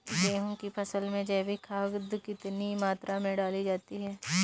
गेहूँ की फसल में जैविक खाद कितनी मात्रा में डाली जाती है?